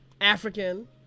African